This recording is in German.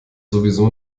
sowieso